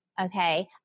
okay